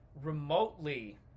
remotely